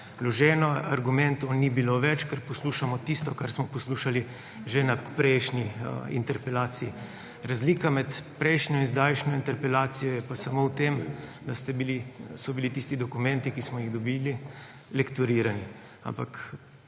vložena. Argumentov ni bilo več, ker poslušamo tisto, kar smo poslušali že na prejšnji interpelaciji. Razlika med prejšnjo in sedanjo interpelacijo pa je samo v tem, da so bili tisti dokumenti, ki smo jih dobili, lektorirani, ampak